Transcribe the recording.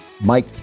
Mike